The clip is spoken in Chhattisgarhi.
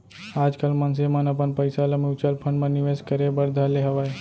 आजकल मनसे मन अपन पइसा ल म्युचुअल फंड म निवेस करे बर धर ले हवय